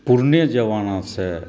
पुरने ज़मानासॅं